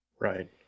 Right